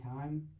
time